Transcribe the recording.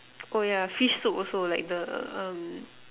oh yeah fish soup also like the um